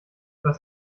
was